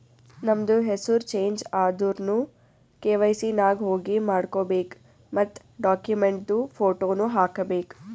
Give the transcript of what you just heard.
ನಮ್ದು ಹೆಸುರ್ ಚೇಂಜ್ ಆದುರ್ನು ಕೆ.ವೈ.ಸಿ ನಾಗ್ ಹೋಗಿ ಮಾಡ್ಕೋಬೇಕ್ ಮತ್ ಡಾಕ್ಯುಮೆಂಟ್ದು ಫೋಟೋನು ಹಾಕಬೇಕ್